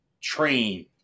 train